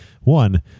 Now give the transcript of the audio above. one